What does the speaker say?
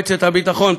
פעם אחר פעם